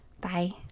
Bye